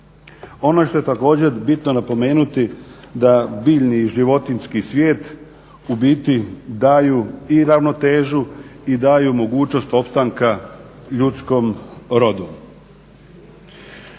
Ono što je također bitno napomenuti, da biljni i životinjski svijet u biti daju i ravnotežu i daju mogućnost opstanka ljudskom rodu.